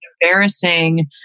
embarrassing